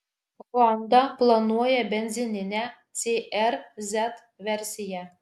honda planuoja benzininę cr z versiją